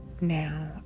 now